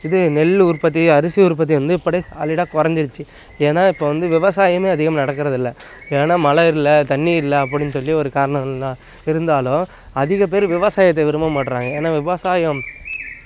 இது நெல் உற்பத்தி அரிசி உற்பத்தி வந்து இப்படே சாலிடாக குறஞ்சிருச்சு ஏன்னா இப்போ வந்து விவசாயமே அதிகம் நடக்குறது இல்லை ஏன்னா மழ இல்லை தண்ணி இல்லை அப்படின்னு சொல்லி ஒரு காரணம் இருந்தால் இருந்தாலும் அதிகப்பேர் விவசாயத்தை விரும்பமாட்டுறாங்க ஏன்னா விவசாயம்